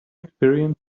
experience